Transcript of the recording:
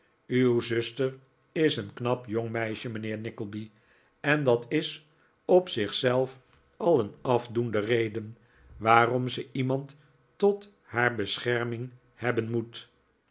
uw zuster is een knap jong meisje mijnheer nickleby en dat is op zich zelf al een afdoende reden waarom ze iemand tot haar bescherming hebben moet